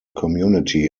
community